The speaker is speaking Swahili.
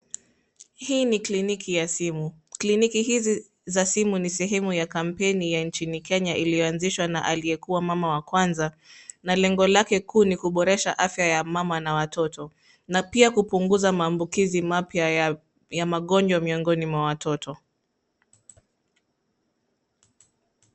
Hii ni kliniki ya simu. Kliniki hizi za simu ni sehemu ya kampeni ya nchini Kenya iliyoanzishwa na aliyekuwa mama wa kwanza na lengo lake kuu ni kuboresha afya ya mama na watoto na pia kupunguza maambukizi mapya ya magonjwa miongoni mwa watoto.